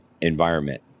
environment